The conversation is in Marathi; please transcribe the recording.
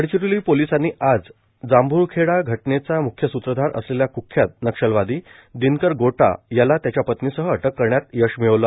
गडचिरोली पोलिसांनी आज जाम्भूल्खेडा घटनेचा मुख्य सूत्रधार असलेल्या कुख्यात नक्षलवादि दिनकर गोटा याला त्याच्या पत्नीसह अटक करण्यात यश मिळवलं